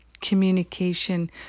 communication